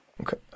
Okay